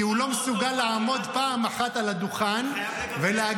כי הוא לא מסוגל לעמוד פעם אחת על הדוכן ולהגיד,